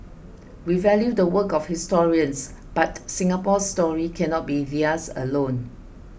we value the work of historians but Singapore's story cannot be theirs alone